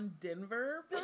Denver